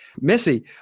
Missy